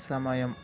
సమయం